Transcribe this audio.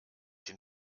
den